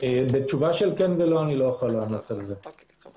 לא אוכל לענות בכן ולא.